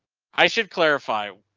i should clarify.